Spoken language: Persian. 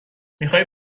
میخوای